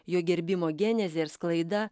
jo gerbimo genezė ir sklaida